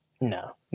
No